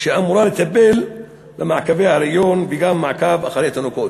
שאמורה לטפל במעקבי היריון וגם במעקב אחר תינוקות.